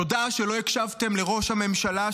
תודה שלא הקשבתם לראש הממשלה,